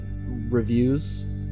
reviews